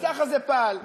אז ככה זה פעל: